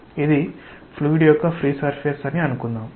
ఇది ఫ్లూయిడ్ యొక్క free surface అని అనుకుందాం